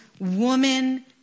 woman